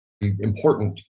important